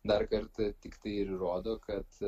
dar kartą tiktai ir įrodo kad